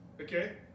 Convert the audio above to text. Okay